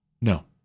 No